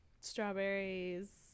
Strawberries